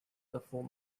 before